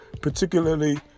particularly